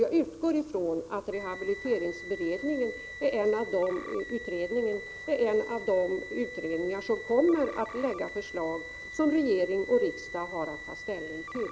Jag utgår från att detta skall ske när rehabiliteringsberedningen lägger fram det förslag som regering och riksdag har att ta ställning till.